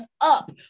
up